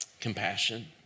compassion